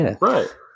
Right